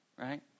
right